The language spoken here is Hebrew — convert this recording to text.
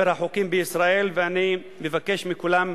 מינהליים, וממשיך לנהוג